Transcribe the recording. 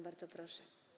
Bardzo proszę.